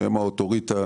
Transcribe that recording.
שהם האותוריטה,